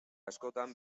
askotan